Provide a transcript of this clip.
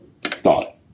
thought